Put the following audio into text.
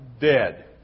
dead